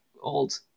old